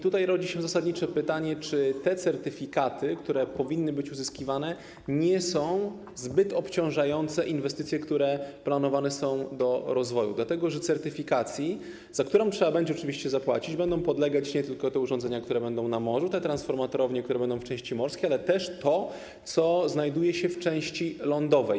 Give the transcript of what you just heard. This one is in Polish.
Tutaj rodzi się zasadnicze pytanie, czy te certyfikaty, które powinny być uzyskiwane, nie są zbyt obciążające inwestycje, które planowane są do rozwoju, dlatego że certyfikacji, za którą trzeba będzie oczywiście zapłacić, będą podlegać nie tylko te urządzenia, które będą na morzu, te transformatorownie, które będą w części morskiej, ale też to, co znajduje się w części lądowej.